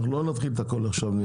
אנחנו לא נתחיל את הכל עכשיו.